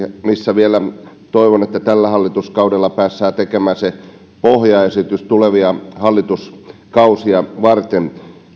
toivon että tällä hallituskaudella päästään tekemään siitä vielä pohjaesitys tulevia hallituskausia varten